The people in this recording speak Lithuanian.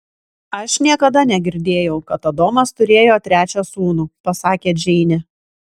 aš niekada negirdėjau kad adomas turėjo trečią sūnų pasakė džeinė